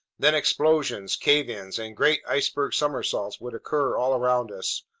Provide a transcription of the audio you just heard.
then explosions, cave-ins, and great iceberg somersaults would occur all around us,